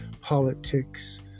politics